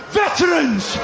veterans